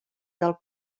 del